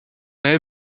avait